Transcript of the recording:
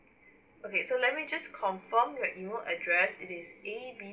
okay so let me just confirm your email address it is A B